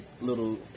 little